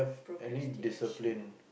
procrastination